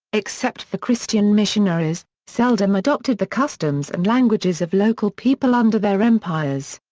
except for christian missionaries, seldom adopted the customs and languages of local people under their empires.